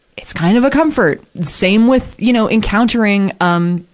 it's kind of a comfort. same with, you know, encountering, um,